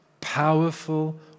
powerful